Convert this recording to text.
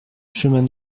chemin